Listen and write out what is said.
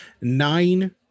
nine